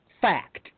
fact